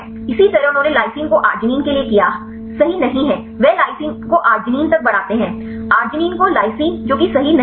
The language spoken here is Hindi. इसी तरह उन्होंने लाइसिन को आर्जिनिन के लिए किया सही नहीं है वे लाइसिन को आर्जिनिन तक बढ़ाते हैं आर्जिनिन को लाइसिन जो कि सही नहीं है